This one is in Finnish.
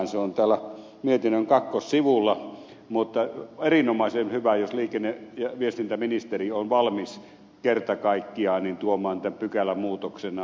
se on täällä mietinnön kakkossivulla mutta on erinomaisen hyvä jos liikenne ja viestintäministeri on valmis kerta kaikkiaan tuomaan tämän pykälämuutoksena